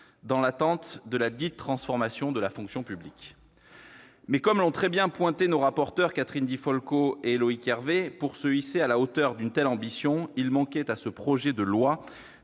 dans l'attente de ladite transformation de la fonction publique ! Mais comme l'ont très bien relevé les rapporteurs, Catherine Di Folco et Loïc Hervé, pour se hisser à la hauteur d'une telle ambition, il manquait à ce projet de loi